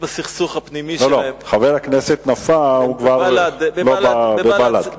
חבר הכנסת נפאע כבר לא בבל"ד.